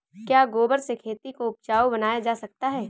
क्या गोबर से खेती को उपजाउ बनाया जा सकता है?